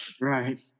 right